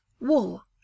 wool